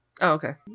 okay